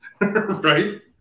Right